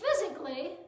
physically